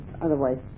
otherwise